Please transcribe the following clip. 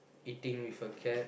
eating with a cat